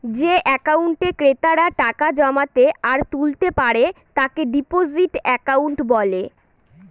যে একাউন্টে ক্রেতারা টাকা জমাতে আর তুলতে পারে তাকে ডিপোজিট একাউন্ট বলে